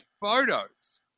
photos